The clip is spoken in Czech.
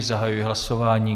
Zahajuji hlasování.